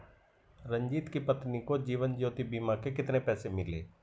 रंजित की पत्नी को जीवन ज्योति बीमा के कितने पैसे मिले?